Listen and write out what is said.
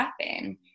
happen